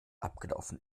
abgelaufen